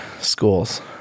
schools